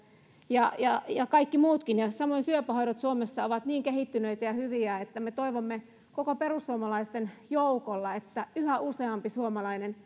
ja ja kaikki muutkin samoin syöpähoidot suomessa ovat niin kehittyneitä ja hyviä että me toivomme koko perussuomalaisten joukolla että yhä useampi suomalainen